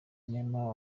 neema